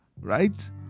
right